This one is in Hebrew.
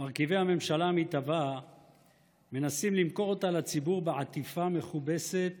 מרכיבי הממשלה המתהווה מנסים למכור אותה לציבור בעטיפה מכובסת